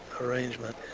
arrangement